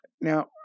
Now